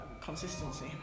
consistency